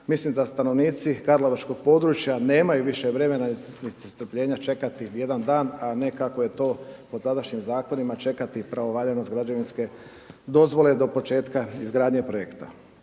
Mislim da stanovnici karlovačkog područja nemaju više vremena, niti strpljenja čekati jedan dan, a ne kako je to po tadašnjim zakonima čekati pravovaljanost građevinske dozvole do početka izgradnje projekta.